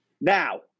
now